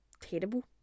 terrible